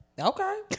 Okay